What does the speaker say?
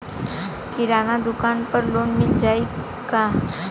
किराना दुकान पर लोन मिल जाई का?